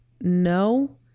No